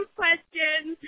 questions